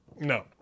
No